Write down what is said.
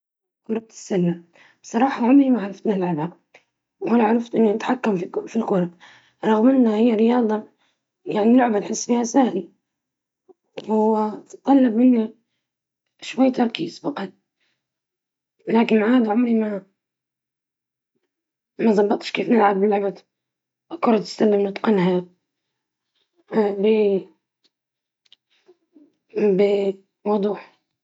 أؤدي التنس بشكل سيّئ، ليس لدي المهارات الكافية ولا الصبر اللازم لتعلمها.